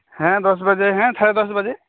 ᱦᱮᱸ ᱫᱚᱥ ᱵᱟᱡᱮ ᱦᱮᱸ ᱥᱟᱲᱮ ᱫᱚᱥ ᱵᱟᱡᱮ